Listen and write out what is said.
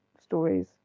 stories